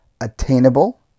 attainable